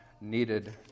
needed